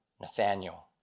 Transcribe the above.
Nathaniel